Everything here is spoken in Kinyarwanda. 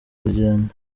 rugendo